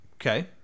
Okay